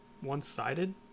one-sided